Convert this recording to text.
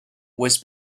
was